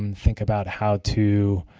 um think about how to